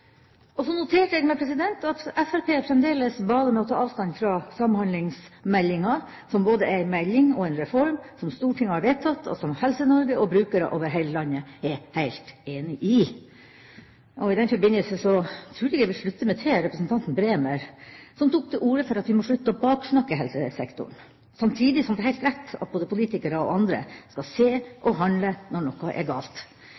Så noterte jeg meg at Fremskrittspartiet fremdeles baler med å ta avstand fra samhandlingsmeldinga, som både er ei melding og en reform som Stortinget har vedtatt, og som Helse-Norge og brukere over hele landet er helt enig i. I den forbindelse tror jeg at jeg vil slutte meg til representanten Bremer, som tok til orde for at vi må slutte å baksnakke helsesektoren, samtidig som det er helt rett at både politikere og andre skal se og handle når noe er galt.